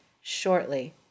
shortly